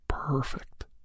perfect